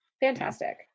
fantastic